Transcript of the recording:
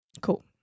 Cool